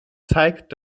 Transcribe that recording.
zeigt